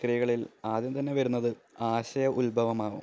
പ്രക്രിയകളില് ആദ്യം തന്നെ വരുന്നത് ആശയ ഉത്ഭവമാകും